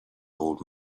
old